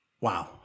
Wow